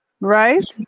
Right